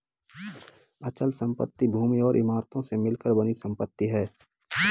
अचल संपत्ति भूमि और इमारतों से मिलकर बनी संपत्ति है